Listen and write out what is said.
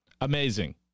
amazing